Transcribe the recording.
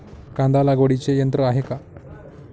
कांदा लागवडीचे यंत्र आहे का?